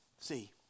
see